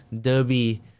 derby